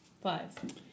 Five